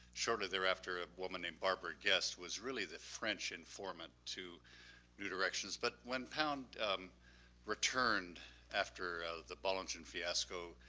shortly thereafter, a woman named barbara guess was really the french informant to new directions, but when pound returned after the bollingen fiasco,